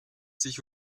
sich